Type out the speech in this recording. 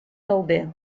calder